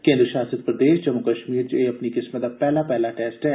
केन्द्र शासित प्रदेश जम्मू कश्मीर च एह् अपनी किस्मै दा पैहला पैहला टेस्ट ऐ